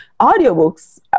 audiobooks